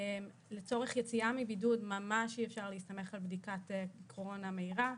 לצורך יציאה מבידוד ממש אי אפשר להסתמך על בדיקת קורונה מהירה,